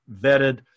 vetted